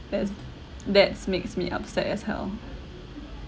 that's that's makes me upset as hell